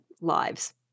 lives